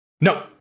No